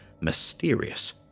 mysterious